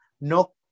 no